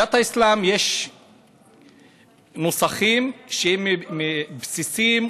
בדת האסלאם יש נוסחים שהם בסיסיים,